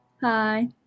Hi